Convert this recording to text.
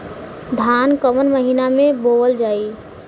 धान कवन महिना में बोवल जाई?